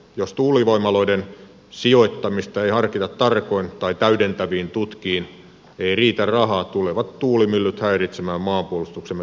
jos tuulivoimaloiden sijoittamista ei harkita tarkoin tai täydentäviin tutkiin ei riitä rahaa tulevat tuulimyllyt häiritsemään maanpuolustuksemme toimintaedellytyksiä